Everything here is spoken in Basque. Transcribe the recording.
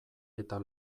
eta